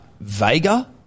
Vega